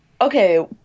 Okay